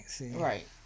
Right